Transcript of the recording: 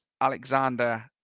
Alexander